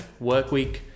Workweek